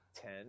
ten